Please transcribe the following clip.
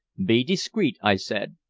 be discreet, i said.